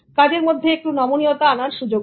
কাজের মধ্যে একটু নমনীয়তা আনার সুযোগ নেই